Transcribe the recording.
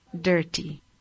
dirty